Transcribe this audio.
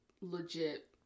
legit